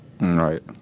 Right